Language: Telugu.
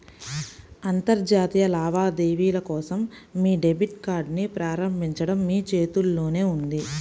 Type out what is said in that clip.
అంతర్జాతీయ లావాదేవీల కోసం మీ డెబిట్ కార్డ్ని ప్రారంభించడం మీ చేతుల్లోనే ఉంది